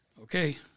Okay